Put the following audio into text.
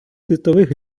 світових